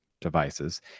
devices